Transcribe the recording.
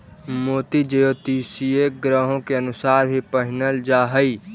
मोती ज्योतिषीय ग्रहों के अनुसार भी पहिनल जा हई